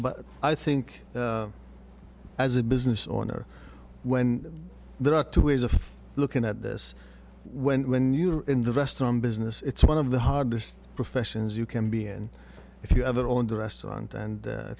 but i think as a business owner when there are two ways of looking at this when when you're in the restaurant business it's one of the hardest professions you can be in if you ever owned a restaurant and